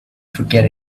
forget